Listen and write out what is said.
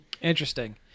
Interesting